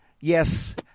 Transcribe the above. yes